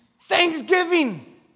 Thanksgiving